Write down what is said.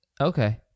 Okay